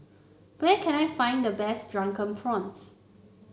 where can I find the best Drunken Prawns